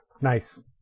Nice